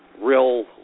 real